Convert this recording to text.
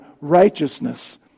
righteousness